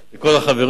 לכל החברים,